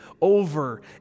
over